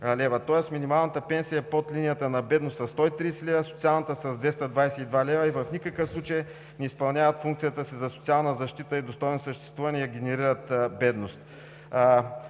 Тоест минималната пенсия под линията на бедност е 130 лв., социалната – 222 лв., и в никакъв случай не изпълняват функцията си за социална защита и достойно съществуване, а генерират бедност.